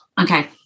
Okay